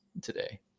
today